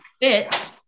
fit